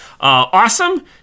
Awesome